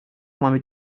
mal